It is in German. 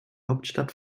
hauptstadt